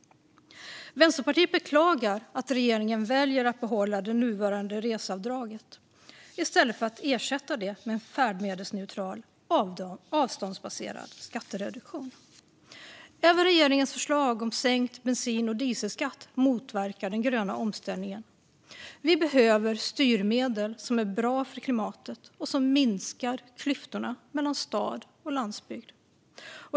Vänsterpartiet beklagar att regeringen väljer att behålla det nuvarande reseavdraget i stället för att ersätta det med en färdmedelsneutral avståndsbaserad skattereduktion. Även regeringens förslag om sänkt bensin och dieselskatt motverkar den gröna omställningen. Vi behöver styrmedel som är bra för klimatet och som minskar klyftorna mellan stad och landsbygd.